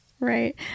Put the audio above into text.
Right